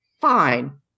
Fine